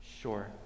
Sure